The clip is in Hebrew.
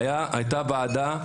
היתה ועדה,